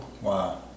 Wow